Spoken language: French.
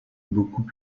beaucoup